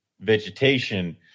vegetation